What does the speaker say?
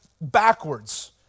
backwards